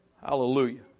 Hallelujah